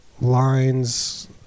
lines